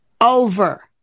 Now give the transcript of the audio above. over